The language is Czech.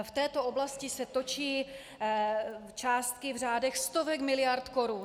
V této oblasti se točí částky v řádech stovek miliard korun.